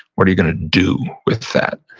what are you gonna do with that?